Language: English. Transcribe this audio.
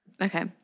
Okay